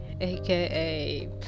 aka